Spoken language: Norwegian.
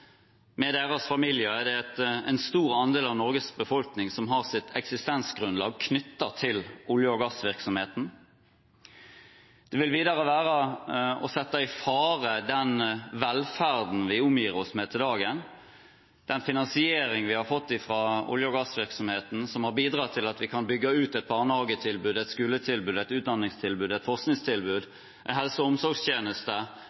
med deres familier har en stor andel av Norges befolkning sitt eksistensgrunnlag knyttet til olje- og gassvirksomheten. Videre vil det sette i fare velferden vi omgir oss med i dag, den finansieringen vi har fått fra olje- og gassvirksomheten som har bidratt til at vi kan bygge ut et barnehagetilbud, et skoletilbud, et utdanningstilbud, et